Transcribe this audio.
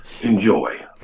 enjoy